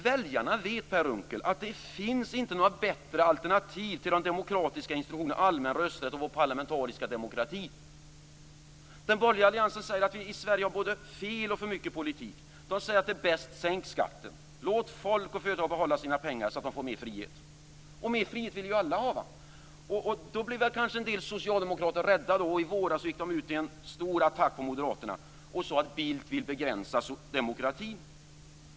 Väljarna vet, Per Unckel, att det inte finns något bättre alternativ till de demokratiska institutionerna, allmän rösträtt och vår parlamentariska demokrati. Den borgerliga alliansen säger att vi i Sverige har både fel och för mycket politik. Den säger att det bästa är att sänka skatten. Låt folk och företag behålla sina pengar så att de får mer frihet. Mer frihet vill ju alla ha. Då blir kanske en del socialdemokrater rädda. I våras gick de ut i en stor attack mot moderaterna och sade att Bildt vill begränsa demokratin.